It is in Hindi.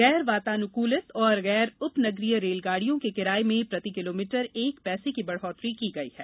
गैर वातानुकूलित और गैर उप नगरीय रेलगाड़ियों के किराये में प्रति किलोमीटर एक पैसे की बढ़ोतरी की गई है